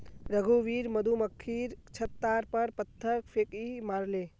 रघुवीर मधुमक्खीर छततार पर पत्थर फेकई मारले